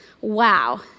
Wow